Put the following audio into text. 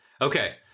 Okay